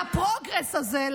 לפרוגרס הזה,